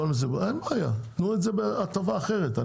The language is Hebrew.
אין בעיה, תנו את זה בהטבה אחרת.